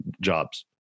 jobs